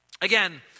again